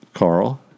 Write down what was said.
Carl